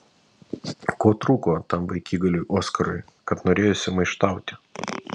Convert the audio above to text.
ko trūko tam vaikigaliui oskarui kad norėjosi maištauti